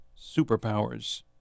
superpowers